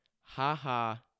ha-ha